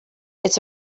its